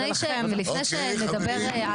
אוקיי, חברים.